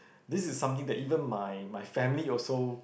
this is something that even my my family also